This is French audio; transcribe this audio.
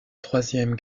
troisième